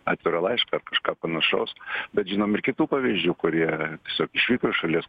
atvirą laišką ar kažką panašaus bet žinom ir kitų pavyzdžių kurie tiesiog išvyko iš šalies